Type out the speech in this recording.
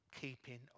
keeping